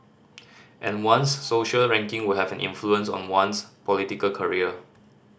and one's social ranking will have an influence on one's political career